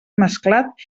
mesclat